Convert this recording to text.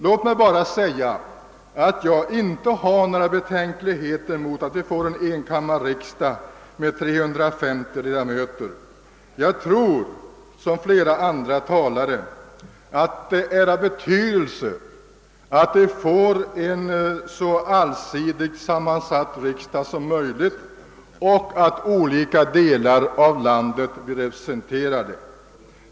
Låt mig bara säga, att jag inte hyser några betänkligheter mot förslaget om en enkammarriksdag med 350 ledamöter. Jag tror, som flera andra talare sagt, att det är av betydelse att vi får en så allsidigt sammansatt riksdag som möjligt och att olika delar av landet blir väl representerade.